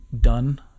done